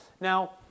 Now